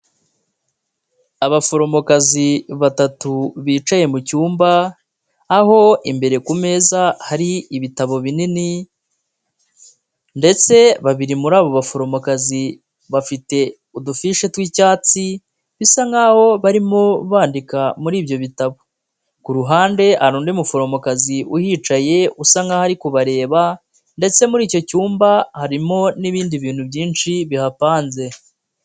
Abaforomokazi batatu bicaye mu cyumba, aho imbere ku meza hari ibitabo binini ndetse babiri muri abo baforomokazi, bafite udufishe tw'icyatsi bisa nk'aho barimo bandika muri ibyo bitabo. Ku ruhande hari undi muforomokazi uhicaye usa nk'aho ari kubareba, ndetse muri icyo cyumba harimo n'ibindi bintu byinshi bihapanze.